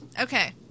Okay